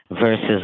versus